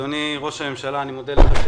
אדוני ראש הממשלה, אני מודה לך.